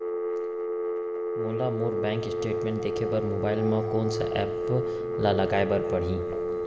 मोला मोर bank statement देखे बर मोबाइल मा कोन सा एप ला लाए बर परही?